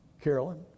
Carolyn